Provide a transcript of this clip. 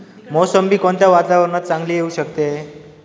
मोसंबी कोणत्या वातावरणात चांगली येऊ शकते?